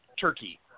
turkey